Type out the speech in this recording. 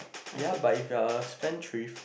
ya but if you are a spendthrift